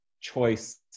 choice